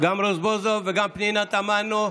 גם רזבוזוב וגם פנינה תמנו,